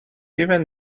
even